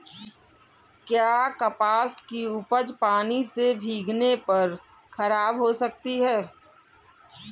क्या कपास की उपज पानी से भीगने पर खराब हो सकती है?